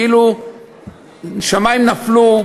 כאילו שמים נפלו,